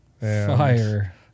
Fire